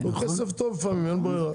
הוא כסף טוב, לפעמים אין ברירה.